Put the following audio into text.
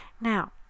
Now